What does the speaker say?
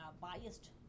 biased